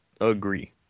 agree